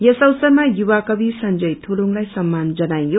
यस अवसरमा युवा कवित संजय धुलुङलाई सम्मान जनाइयो